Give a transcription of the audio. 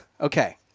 Okay